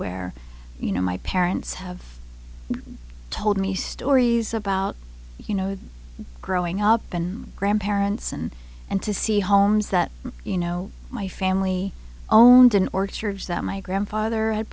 where you know my parents have told me stories about you know growing up and grandparents and and to see homes that you know my family owned an orchard that my grandfather had